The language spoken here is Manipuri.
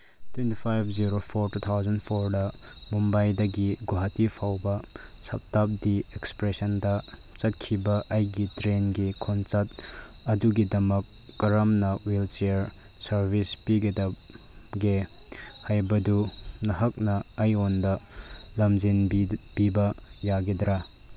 twenty five zero four two thousand ꯐꯣꯔꯗ ꯃꯨꯝꯕꯥꯏꯗꯒꯤ ꯒꯨꯍꯥꯇꯤ ꯐꯥꯎꯕ ꯁꯞꯇꯥꯞꯗꯤ ꯑꯦꯛꯁꯄ꯭ꯔꯦꯁꯟꯗ ꯆꯠꯈꯤꯕ ꯑꯩꯒꯤ ꯇ꯭ꯔꯦꯟꯒꯤ ꯈꯣꯟꯆꯠ ꯑꯗꯨꯒꯤꯗꯃꯛ ꯀꯔꯝꯅ ꯋꯤꯜꯆꯤꯌꯥꯔ ꯁꯔꯚꯤꯁ ꯄꯤꯒꯗꯒꯦ ꯍꯥꯏꯕꯗꯨ ꯅꯍꯥꯛꯅ ꯑꯩꯉꯣꯟꯗ ꯂꯝꯖꯤꯡꯕꯤꯕ ꯌꯥꯒꯦꯗ꯭ꯔꯥ